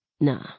Nah